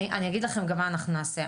אני אגיד לכם מה אנחנו נעשה.